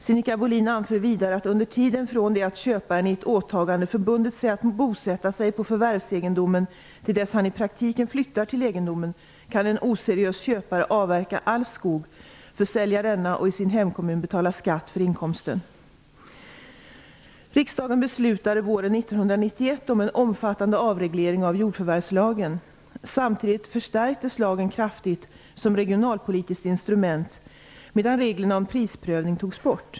Sinikka Bohlin anför vidare att under tiden från det att köparen i ett åtagande förbundit sig att bosätta sig på förvärvsegendomen till dess att han i praktiken flyttar till egendomen kan en oseriös köpare avverka all skog, försälja denna och i sin hemkommun betala skatt för inkomsten. Riksdagen beslutade våren 1991 om en omfattande avreglering av jordförvärvslagen. Samtidigt förstärktes lagen kraftigt som regionalpolitiskt instrument medan reglerna om prisprövning togs bort.